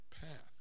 path